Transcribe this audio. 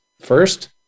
First